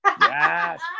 Yes